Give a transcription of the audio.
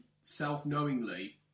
self-knowingly